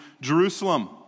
Jerusalem